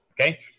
Okay